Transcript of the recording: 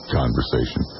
conversation